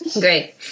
Great